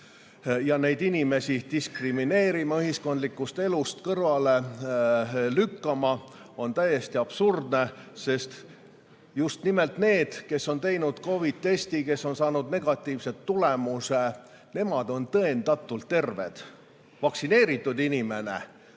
neid inimesi diskrimineerima, ühiskondlikust elust kõrvale lükkama, on täiesti absurdne, sest just nimelt need, kes on teinud COVID-i testi, kes on saanud negatiivse tulemuse, on tõendatult terved. Vaktsineeritud inimesed